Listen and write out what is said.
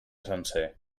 sencer